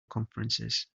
conferences